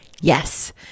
Yes